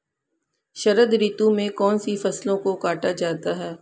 शरद ऋतु में कौन सी फसलों को काटा जाता है?